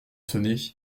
sonner